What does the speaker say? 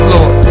Lord